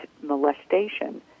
molestation